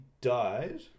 died